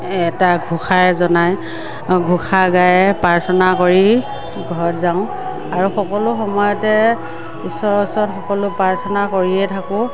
এটা ঘোষাই জনাই ঘোষা গায়ে প্ৰাৰ্থনা কৰি ঘৰ যাওঁ আৰু সকলো সময়তে ঈশ্বৰৰ ওচৰত সকলো প্ৰাৰ্থনা কৰিয়ে থাকোঁ